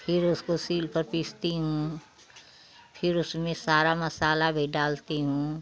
फिर उसको सील कर पिसती हूँ फिर उसमें सारा मसाला भी डालती हूँ